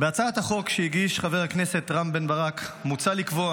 בהצעת החוק שהגיש חבר הכנסת רם בן ברק מוצע לקבוע